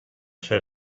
ser